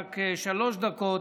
רק שלוש דקות.